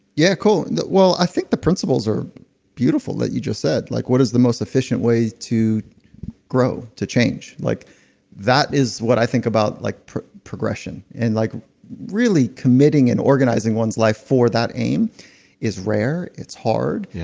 yeah, cool. well i think the principles are beautiful that you just said. like what is the most efficient way to grow, to change? like that is what i think about like progression and like really committing and organizing one's life for that aim is rare. it's hard. yeah